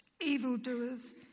evildoers